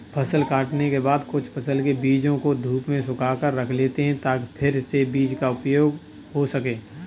फसल काटने के बाद कुछ फसल के बीजों को धूप में सुखाकर रख लेते हैं ताकि फिर से बीज का उपयोग हो सकें